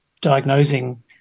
diagnosing